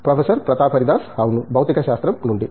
professor Pratap Haridas అవును భౌతికశాస్త్రం నుండి